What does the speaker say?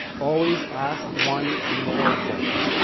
always ask one more question.